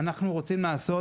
אנחנו רוצים לעשות,